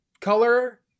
color